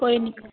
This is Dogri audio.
कोई नी